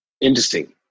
Interesting